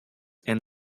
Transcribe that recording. and